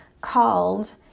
called